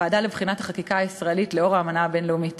הוועדה לבחינת החקיקה הישראלית לאור האמנה הבין-לאומית.